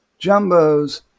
jumbos